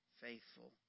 faithful